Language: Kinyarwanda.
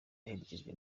aherekejwe